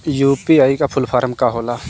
UPI का full form का होला?